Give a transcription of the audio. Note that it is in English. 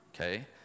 okay